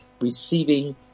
receiving